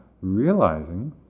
realizing